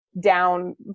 down